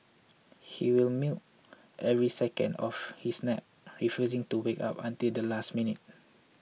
he will milk every second out of his nap refusing to wake up until the last minute